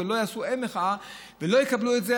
שלא יעשו הן מחאה ולא יקבלו את זה.